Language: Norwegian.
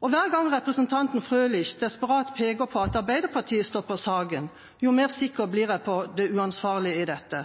Og hver gang representanten Frølich desperat peker på at Arbeiderpartiet stopper saken, jo mer sikker blir jeg på det uansvarlige i dette.